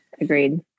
agreed